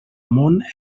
món